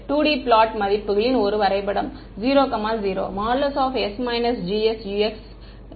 இது 2D plot மதிப்புகளின் ஒரு வரைபடம் 00 ||s GsUx||2